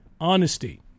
honesty